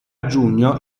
giugno